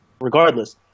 regardless